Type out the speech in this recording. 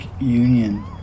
Union